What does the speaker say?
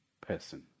person